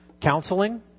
counseling